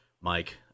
Mike